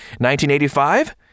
1985